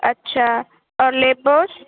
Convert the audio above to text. اچھا اور لیبوس